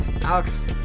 Alex